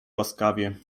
łaskawie